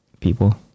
people